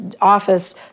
office